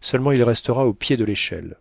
seulement il restera au pied de l'échelle